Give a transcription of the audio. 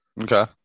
Okay